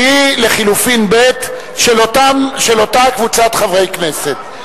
שהיא לחלופין ב', של אותה קבוצת חברי הכנסת.